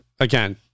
again